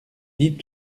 dit